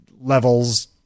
levels